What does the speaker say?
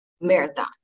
marathon